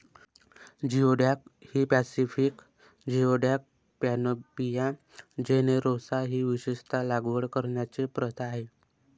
geoduck ही Pacific geoduck, Panopea generosa ही विशेषत लागवड करण्याची प्रथा आहे